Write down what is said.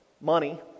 Money